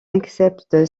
accepte